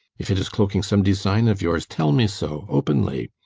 if it is cloaking some design of yours, tell me so openly.